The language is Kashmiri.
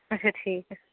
اَچھا ٹھیٖک